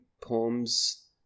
poems